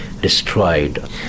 destroyed